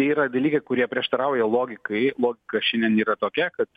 tai yra dalykai kurie prieštarauja logikai logika šiandien yra tokia kad